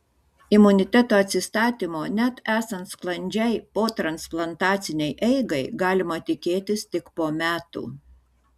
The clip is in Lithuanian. imuniteto atsistatymo net esant sklandžiai potransplantacinei eigai galima tikėtis tik po metų